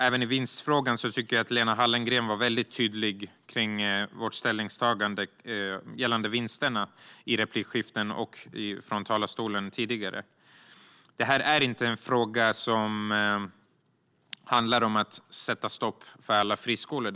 Även i vinstfrågan tycker jag att Lena Hallengren tidigare, både i replikskiften och från talarstolen, var väldigt tydlig med vårt ställningstagande. Detta handlar inte om att sätta stopp för alla friskolor.